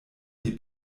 die